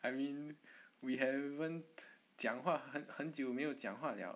I mean we haven't 讲话很很久没有讲话了